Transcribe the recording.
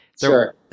Sure